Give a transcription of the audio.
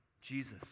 Jesus